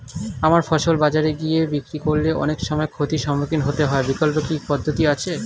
আমার ফসল বাজারে গিয়ে বিক্রি করলে অনেক সময় ক্ষতির সম্মুখীন হতে হয় বিকল্প কি পদ্ধতি আছে?